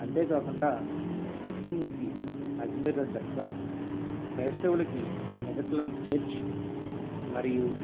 అంతే కాకుండా ముస్లింలకి అజ్మీర్లో దర్గా క్రైస్తవులకి మెదక్లోని చర్చ్ మరియు